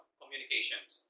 communications